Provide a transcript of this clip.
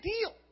deal